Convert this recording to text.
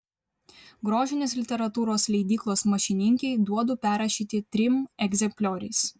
grožinės literatūros leidyklos mašininkei duodu perrašyti trim egzemplioriais